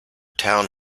town